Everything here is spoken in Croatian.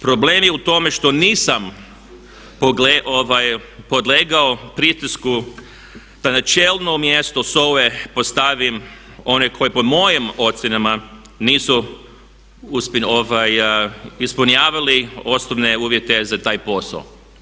Problem je u tome što nisam podlegao pritisku da na čelno mjesto SOA-e postavim one koji po mojim ocjenama nisu ispunjavali osnovne uvjete za taj posao.